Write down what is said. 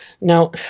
now